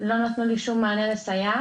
לא נתנו לי שום מענה לסייעת,